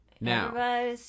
Now